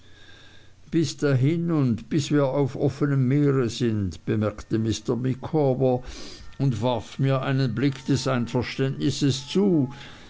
bis dahin und bis wir auf offnem meere sind bemerkte mr micawber und warf mir einen blick des einverständnisses zu